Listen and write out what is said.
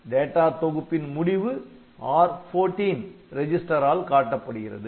data தொகுப்பின் முடிவு R14 register ஆல் காட்டப்படுகிறது